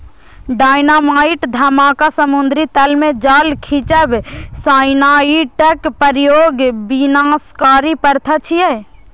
dynamite धमाका, समुद्री तल मे जाल खींचब, साइनाइडक प्रयोग विनाशकारी प्रथा छियै